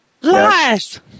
Lies